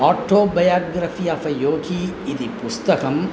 autobiography of a Yogi इति पुस्तकम्